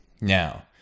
Now